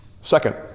Second